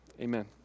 Amen